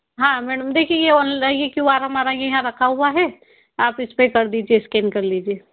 हाँ मैडम देखिए ये क्यू आर हमारा ये यहाँ रखा हुआ है आप इसपे कर दीजिए स्कैन कर लीजिए